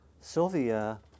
Sylvia